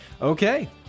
Okay